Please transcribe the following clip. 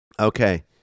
Okay